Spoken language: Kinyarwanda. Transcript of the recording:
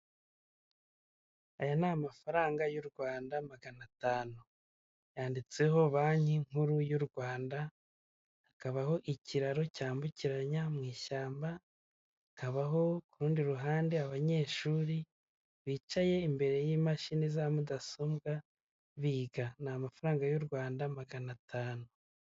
Aya ni amafaranga y'u Rwanda magana atanu, yanditseho BANKI NKURU Y'URWANDA, hakabaho ikiraro cyambukiranya mu ishyamba, hakabaho ku rundi ruhande abanyeshuri bicaye imbere y'imashini za mudasobwa biga, ni amafaranga y'u Rwanda magana atanu.